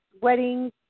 weddings